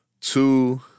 Two